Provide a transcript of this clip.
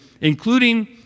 including